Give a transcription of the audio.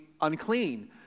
unclean